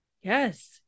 Yes